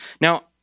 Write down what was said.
Now